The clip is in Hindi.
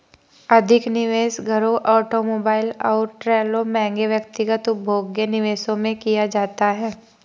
अधिक निवेश घरों ऑटोमोबाइल और ट्रेलरों महंगे व्यक्तिगत उपभोग्य निवेशों में किया जाता है